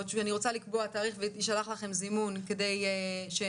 אני רוצה לקבוע תאריך וישלח לכם זימון כדי שנוכל